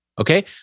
Okay